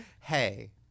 Hey